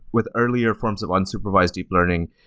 with earlier forms of unsupervised deep learning,